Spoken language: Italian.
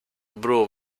blu